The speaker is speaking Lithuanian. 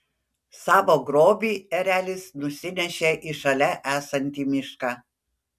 savo grobį erelis nusinešė į šalia esantį mišką